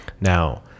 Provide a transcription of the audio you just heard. Now